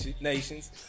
nations